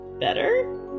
better